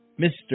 Mr